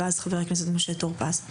ואז חבר הכנסת משה טור-פז.